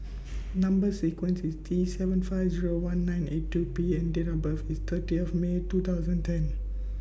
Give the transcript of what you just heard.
Number sequence IS T seven five Zero one nine eight two P and Date of birth IS thirty of May two thousand and ten